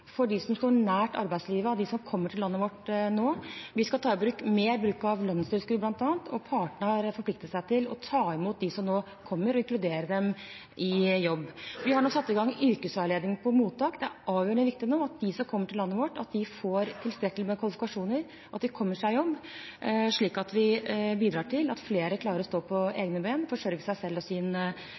for å få på plass et hurtigspor for dem som står nær arbeidslivet av dem som kommer til landet vårt nå. Vi skal bl.a. ta lønnstilskudd mer i bruk. Partene har forpliktet seg til å ta imot dem som kommer nå og inkludere dem i jobb. Vi har satt i gang yrkesveiledning på mottak. Det er avgjørende viktig nå at de som kommer til landet vårt, får tilstrekkelig med kvalifikasjoner og kommer seg i jobb, slik at vi bidrar til at flere klarer å stå på egne bein og forsørge seg selv og sin